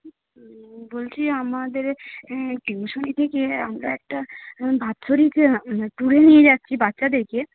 বলছি আমাদের টিউশানি থেকে আমরা একটা বাৎসরিক ট্যুরে নিয়ে যাচ্ছি বাচ্চাদেরকে